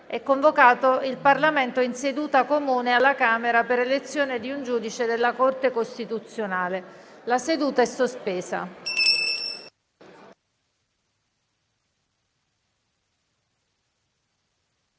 è convocato il Parlamento in seduta comune per l'elezione di un giudice della Corte costituzionale. *(La seduta**, sospesa